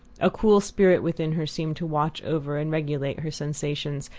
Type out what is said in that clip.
a cool spirit within her seemed to watch over and regulate her sensations,